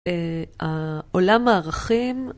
אה... ה...עולם הערכים,